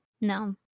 no